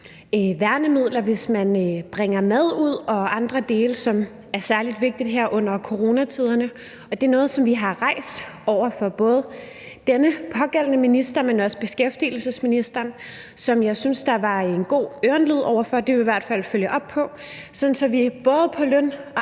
værnemidler, hvis man bringer mad ud, og andre ting, som er særlig vigtige her under coronatiderne. Og det er noget, som vi har rejst over for både denne pågældende minister, men også beskæftigelsesministeren, hvor jeg synes der var en god lydhørhed over for det. Det vil vi i hvert fald følge op på, sådan at vi både på løn- og